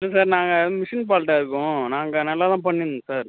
இல்லை சார் நாங்கள் மிஷின் ஃபால்ட்டாக இருக்கும் நாங்கள் நல்லா தான் பண்ணிருந்தோம் சார்